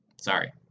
Sorry